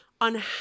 on